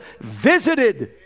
visited